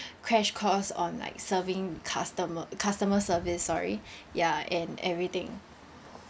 crash course on like serving customer customer service sorry ya and everything